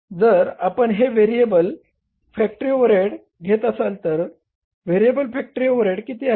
जर आपण हे व्हेरिएबल फॅक्टरी ओव्हरहेड घेत असाल तर तर व्हेरिएबल फॅक्टरी ओव्हरहेड किती आहे